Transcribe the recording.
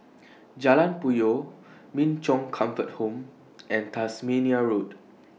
Jalan Puyoh Min Chong Comfort Home and Tasmania Road